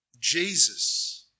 Jesus